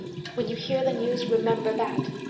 when you hear the news, remember that.